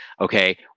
okay